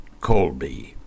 Colby